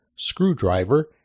screwdriver